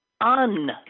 un